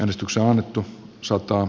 omistuksella annettu sotaa